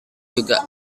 juga